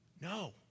No